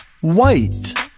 White